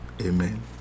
Amen